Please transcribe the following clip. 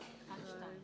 הרביזיה על סעיף 18